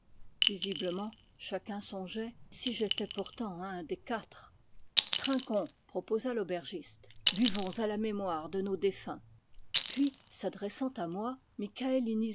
visiblement chacun songeait si j'étais pourtant un des quatre trinquons proposa l'aubergiste buvons à la mémoire de nos défunts puis s'adressant à moi